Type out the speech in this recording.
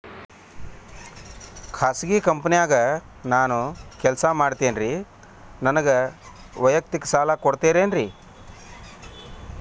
ಖಾಸಗಿ ಕಂಪನ್ಯಾಗ ನಾನು ಕೆಲಸ ಮಾಡ್ತೇನ್ರಿ, ನನಗ ವೈಯಕ್ತಿಕ ಸಾಲ ಕೊಡ್ತೇರೇನ್ರಿ?